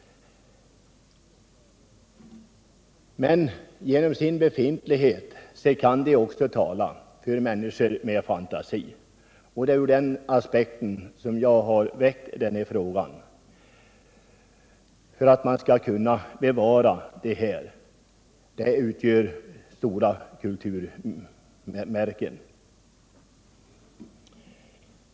Genom sin befintlighet kan de också tala, för människor med fantasi! Jag har därför väckt frågan om att bevara dessa stora kulturminnesmärken.